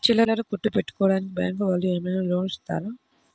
చిల్లర కొట్టు పెట్టుకోడానికి బ్యాంకు వాళ్ళు లోన్ ఏమైనా ఇస్తారా?